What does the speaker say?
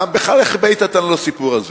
בכלל איך הבאת אותנו לסיפור הזה?